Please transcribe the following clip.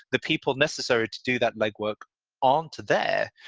the people necessary to do that legwork aren't there,